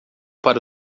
para